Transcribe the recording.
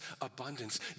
abundance